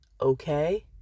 okay